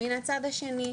מהצד השני,